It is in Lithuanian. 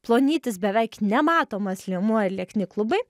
plonytis beveik nematomas liemuo ir liekni klubai